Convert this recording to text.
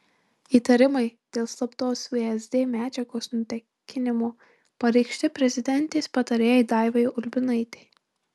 įtarimai dėl slaptos vsd medžiagos nutekinimo pareikšti prezidentės patarėjai daivai ulbinaitei